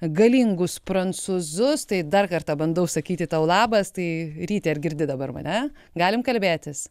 galingus prancūzus tai dar kartą bandau sakyti tau labas tai ryti ar girdi dabar mane galim kalbėtis